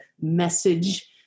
message